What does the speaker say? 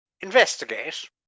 investigate